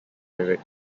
lyric